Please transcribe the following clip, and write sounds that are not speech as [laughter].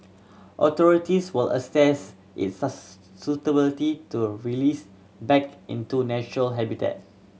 authorities will assess its [unintelligible] suitability to released back into natural habitat